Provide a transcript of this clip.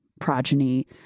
progeny